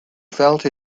felt